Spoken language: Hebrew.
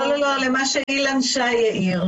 אל מה שאילן שי העיר.